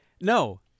No